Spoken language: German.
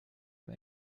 und